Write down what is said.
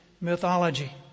mythology